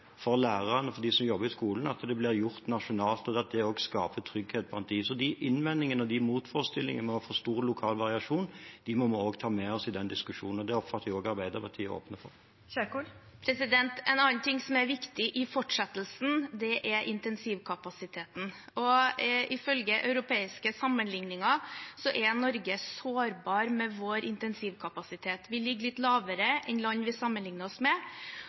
for lærerne, for dem som jobber i skolen, at det blir gjort nasjonalt – at det også skaper trygghet blant dem. Så de innvendingene, motforestillingene, vi har med hensyn til stor lokal variasjon, må vi også ta med oss i den diskusjonen. Det oppfatter jeg at også Arbeiderpartiet åpner for. Ingvild Kjerkol – til oppfølgingsspørsmål. En annen ting som er viktig i fortsettelsen, er intensivkapasiteten. Ifølge europeiske sammenligninger er Norge sårbart med sin intensivkapasitet. Vi ligger litt lavere enn land vi sammenligner oss med.